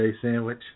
sandwich